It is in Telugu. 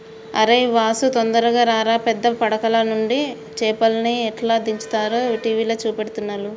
అరేయ్ వాసు తొందరగా రారా పెద్ద పడవలనుండి చేపల్ని ఎట్లా దించుతారో టీవీల చూపెడుతుల్ను